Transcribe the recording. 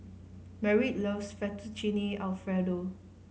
Merritt loves Fettuccine Alfredo